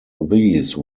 these